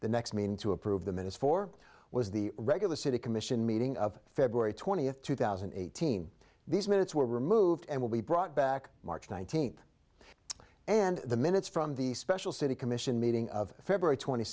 the next mean to approve the minutes for was the regular city commission meeting of february twentieth two thousand and eighteen these minutes were removed and will be brought back march nineteenth and the minutes from the special city commission meeting of february twenty